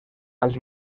als